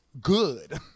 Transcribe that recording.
good